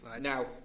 Now